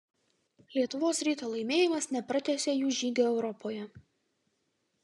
lietuvos ryto laimėjimas nepratęsė jų žygio europoje